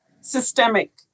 systemic